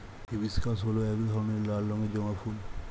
hibiscus হল এক ধরনের লাল রঙের জবা ফুল